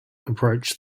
approach